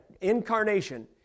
incarnation